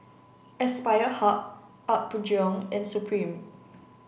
Aspire Hub Apgujeong and Supreme